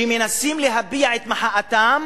שמנסים להביע את מחאתם